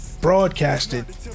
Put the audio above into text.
broadcasted